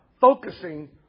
focusing